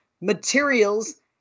materials